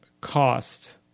cost